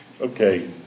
Okay